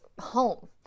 home